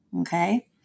okay